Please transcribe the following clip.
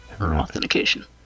Authentication